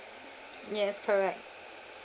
yes correct